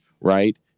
right